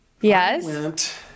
Yes